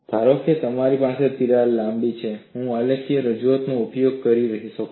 ધારો કે મારી પાસે લાંબી તિરાડ છે હું આલેખીય રજૂઆતનો ઉપયોગ કેવી રીતે કરી શકું